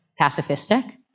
pacifistic